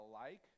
alike